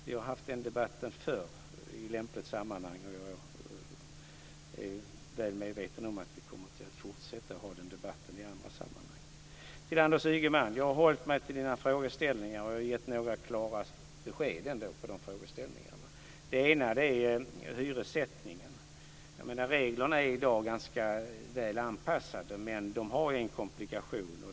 Vi har haft den debatten förr i lämpligt sammanhang, och jag är väl medveten om att vi kommer att fortsätta att ha den debatten i andra sammanhang. Till Anders Ygeman vill jag säga att jag har hållit mig till hans frågeställningar, och jag har gett några klara besked på dem. Det ena är hyressättningen. Reglerna är i dag ganska väl anpassade, men de har en komplikation.